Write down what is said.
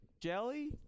Jelly